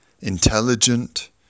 intelligent